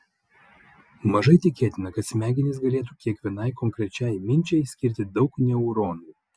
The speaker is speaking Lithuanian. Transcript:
mažai tikėtina kad smegenys galėtų kiekvienai konkrečiai minčiai skirti daug neuronų